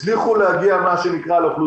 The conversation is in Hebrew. הצליחו להגיע לאוכלוסייה,